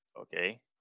Okay